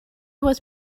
was